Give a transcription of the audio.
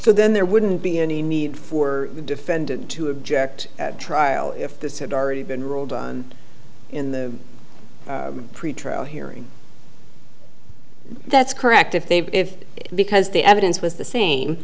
so then there wouldn't be any need for the defendant to object at trial if this had already been ruled in the pretrial hearing that's correct if they if because the evidence was the